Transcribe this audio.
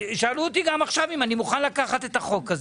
שאלו אותי גם עכשיו אם אני מוכן לקחת את החוק הזה,